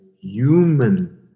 human